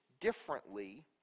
differently